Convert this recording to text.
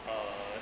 uh